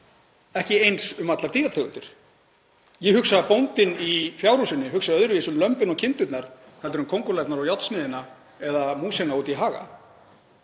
ekki eins um allar dýrategundir. Ég hugsa að bóndinn í fjárhúsinu hugsi öðruvísi um lömbin og kindurnar heldur en kóngulærnar og járnsmiðina eða músina úti í haga.